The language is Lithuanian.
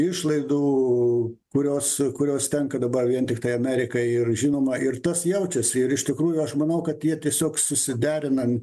išlaidų kurios kurios tenka dabar vien tiktai amerikai ir žinoma ir tas jaučiasi ir iš tikrųjų aš manau kad jie tiesiog susiderinant